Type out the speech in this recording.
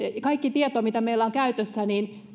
kaikki tieto mikä meillä on käytössä